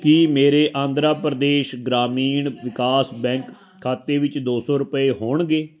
ਕੀ ਮੇਰੇ ਆਂਧਰਾ ਪ੍ਰਦੇਸ਼ ਗ੍ਰਾਮੀਣ ਵਿਕਾਸ ਬੈਂਕ ਖਾਤੇ ਵਿੱਚ ਦੋ ਸੌ ਰੁਪਏ ਹੋਣਗੇ